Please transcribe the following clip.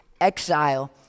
exile